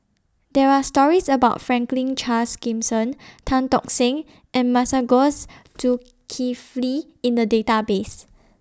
There Are stories about Franklin Charles Gimson Tan Tock Seng and Masagos Zulkifli in The Database